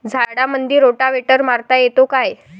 झाडामंदी रोटावेटर मारता येतो काय?